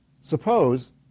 Suppose